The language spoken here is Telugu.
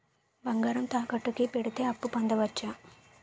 బంగారం తాకట్టు కి పెడితే అప్పు పొందవచ్చ?